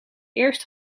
eerst